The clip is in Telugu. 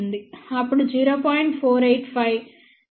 485 4